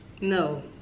No